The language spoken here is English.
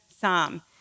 psalm